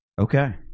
Okay